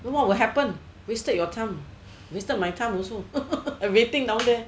what will happen wasted your time wasted my time also I waiting down there